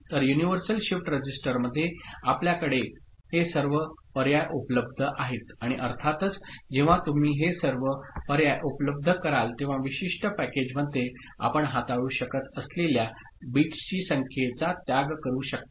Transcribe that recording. तर universal shift रजिस्टरमध्ये आपल्याकडे हे सर्व पर्याय उपलब्ध आहेत आणि अर्थातच जेव्हा तुम्ही हे सर्व पर्याय उपलब्ध कराल तेव्हा विशिष्ट पॅकेजमध्ये आपण हाताळू शकत असलेल्या बिट्सची संख्येचा त्याग करू शकता